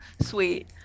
Sweet